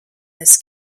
this